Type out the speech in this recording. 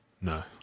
No